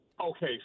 Okay